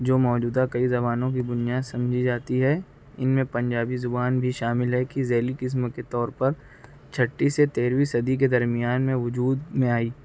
جو موجودہ کئی زبانوں کی بنیاد سمجھی جاتی ہے ان میں پنجابی زبان بھی شامل ہے کہ ذیلی قسم کے طور پر چھٹی سے تیرہویں صدی کے درمیان میں وجود میں آئی